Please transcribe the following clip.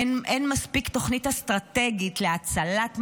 אין מספיק תוכנית אסטרטגית להצלת מזון.